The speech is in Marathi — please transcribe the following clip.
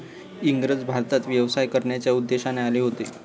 इंग्रज भारतात व्यवसाय करण्याच्या उद्देशाने आले होते